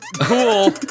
Cool